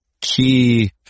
key